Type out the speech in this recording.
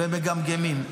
והם מגמגמים.